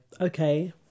Okay